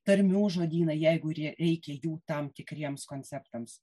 tarmių žodynai jeigu rie reikia jų tam tikriems konceptams